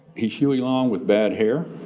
huey long with bad hair,